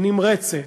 נמרצת,